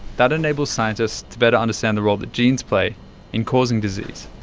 that enables scientists to better understand the role that genes play in causing disease.